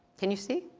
can you see?